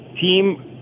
team